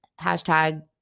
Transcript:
hashtag